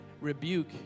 rebuke